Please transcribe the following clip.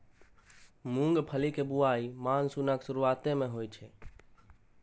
मूंगफलीक बुआई मानसूनक शुरुआते मे होइ छै